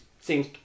seems